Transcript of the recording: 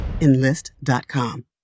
Enlist.com